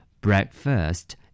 Breakfast